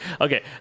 Okay